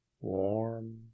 warm